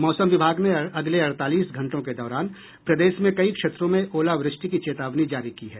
मौसम विभाग ने अगले अड़तालीस घंटों के दौरान प्रदेश में कई क्षेत्रों में ओलावृष्टि की चेतावनी जारी की है